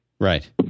Right